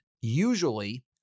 Usually